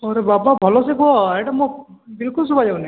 ହଁ ରେ ବାବା ଭଲସେ କୁହ ଏଇଟା ମୋ ବିଲକୁଲ ଶୁଭାଯାଉନି